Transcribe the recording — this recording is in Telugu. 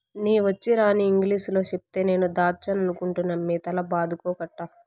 నీ వచ్చీరాని ఇంగిలీసులో చెప్తే నేను దాచ్చనుకుంటినమ్మి తల బాదుకోకట్టా